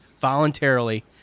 voluntarily